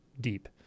deep